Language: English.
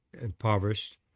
impoverished